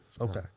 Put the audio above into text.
Okay